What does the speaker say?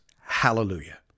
Hallelujah